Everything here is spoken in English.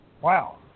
Wow